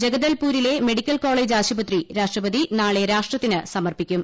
ജഗദൽപൂറിലെ medical college ആശുപത്രി രാഷ്ട്രപതി നാളെ രാഷ്ട്രത്തിന് സമർപ്പിക്കും